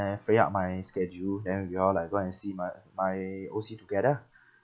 free up my schedule then we all like go and see my my O_C together ah